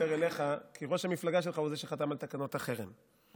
כי ראש המפלגה שלך הוא שחתם על תקנות החרם,